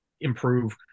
improve